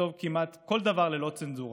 לכתוב כמעט כל דבר ללא צנזורה,